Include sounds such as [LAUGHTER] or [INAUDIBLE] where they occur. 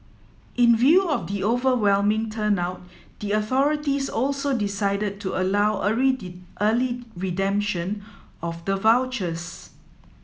in view of the overwhelming turnout the authorities also decided to allow [UNINTELLIGIBLE] early redemption of the vouchers